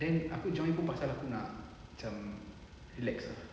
then aku join pasal nak macam relax ah